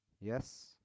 Yes